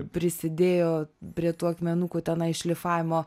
prisidėjo prie tų akmenukų tenai šlifavimo